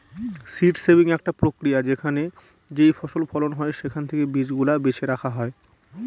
seed saving একটা প্রক্রিয়া যেখানে যেইফসল ফলন হয় সেখান থেকে বীজ গুলা বেছে রাখা হয়